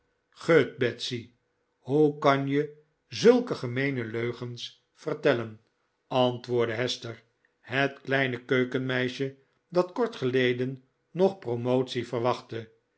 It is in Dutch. betsy hoe kan je zulke gemeene leugens vertellen antwoordde hester het kleine keukenmeisje dat kort geleden nog promotie verwachtte